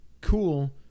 cool